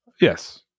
Yes